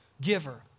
giver